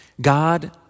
God